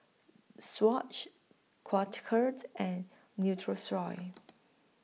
Swatch and Nutrisoy